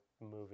movie